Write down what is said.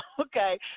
okay